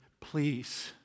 please